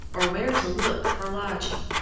or where to look for lodging.